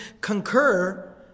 concur